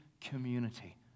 community